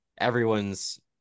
everyone's